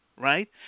right